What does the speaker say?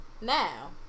now